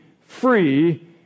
free